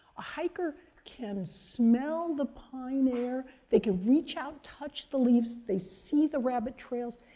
a hiker can smell the pine air, they can reach out, touch the leaves, they see the rabbit trails.